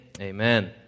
amen